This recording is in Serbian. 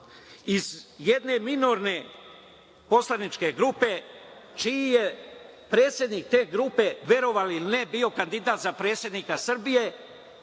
iz jedne minorne poslaničke grupe čiji je predsednik te grupe, verovali ili ne, bio kandidat za predsednika Srbije